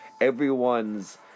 everyone's